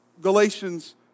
Galatians